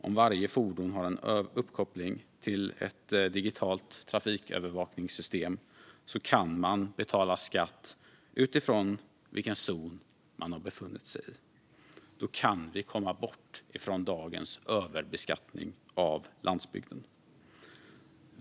Om varje fordon har en uppkoppling till ett digitalt trafikövervakningssystem kan man betala skatt utifrån vilken zon man har befunnit sig i. Då kan vi komma bort från dagens överbeskattning av landsbygden.